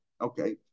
Okay